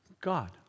God